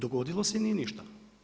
Dogodilo se nije ništa.